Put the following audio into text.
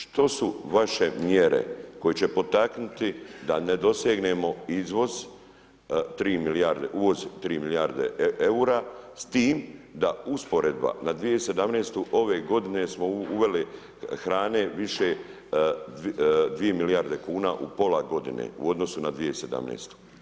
Što su vaše mjere koje će potaknuti da ne dosegnemo izvoz 3 milijarde, uvoz 3 milijarde eura, s tim da usporedba na 2017. ove godine smo uveli hrane više 2 milijarde kuna u pola godine u odnosu na 2017.